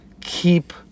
keep